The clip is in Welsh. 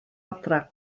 adre